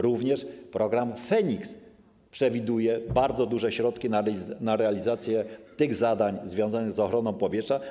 Również program FEnIKS przewiduje bardzo duże środki na realizację zadań związanych z ochroną powietrza.